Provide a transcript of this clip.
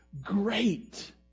great